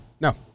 No